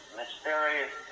mysterious